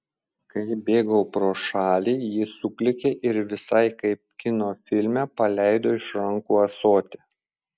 kai bėgau pro šalį ji suklykė ir visai kaip kino filme paleido iš rankų ąsotį